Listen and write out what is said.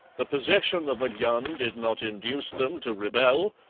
the possession of a gun did not induce them to rebel,